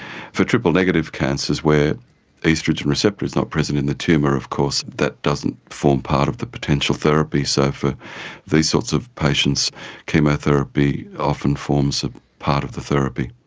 for triple negative cancers where oestrogen receptor is not present in the tumour of course that doesn't form part of the potential therapy. so for these sorts of patients chemotherapy often forms a part of the therapy.